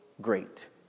great